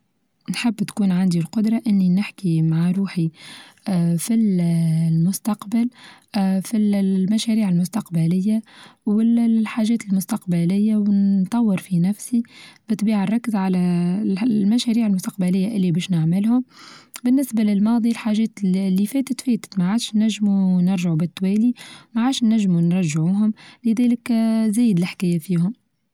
نحب تكون عندي القدرة إني نحكي مع روحي في ال-المستقبل في ال-المشاريع المستقبلية وال-الحاچات المستقبلية ونطور في نفسي بالطبيعة الركز على اا المشاريع المستقبلية الي باش نعملهم، بالنسبة للماضي الحاچات اللي فاتت فاتت ما عادش نچمو نرچعو بالتوالي ما عادش نچمو نرچعوهم، لذلك آآ زايد الحكاية فيهم.